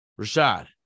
Rashad